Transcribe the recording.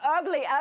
ugly